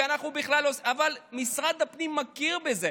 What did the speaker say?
אבל משרד הפנים מכיר בזה.